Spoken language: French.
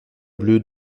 bleu